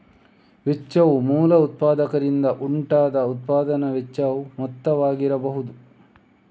ವೆಚ್ಚವು ಮೂಲ ಉತ್ಪಾದಕರಿಂದ ಉಂಟಾದ ಉತ್ಪಾದನಾ ವೆಚ್ಚದ ಮೊತ್ತವಾಗಿರಬಹುದು